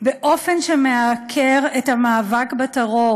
באופן שמעקר את המאבק בטרור.